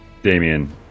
Damien